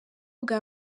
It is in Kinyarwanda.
bwa